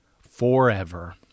forever